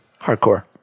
Hardcore